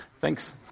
Thanks